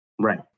Right